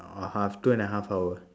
or half two and a half hour